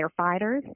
firefighters